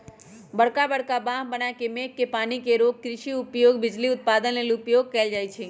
बरका बरका बांह बना के मेघ के पानी के रोक कृषि उपयोग, बिजली उत्पादन लेल उपयोग कएल जाइ छइ